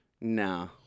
nah